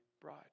bride